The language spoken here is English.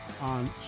on